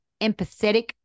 empathetic